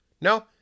No